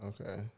Okay